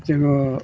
जोङो